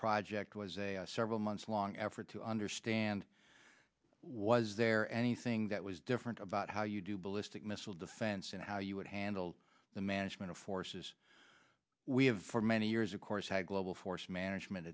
project was a several months long effort to understand was there anything that was different about how you do ballistic missile defense and how you would handle the management of forces we have for many years of course had global force management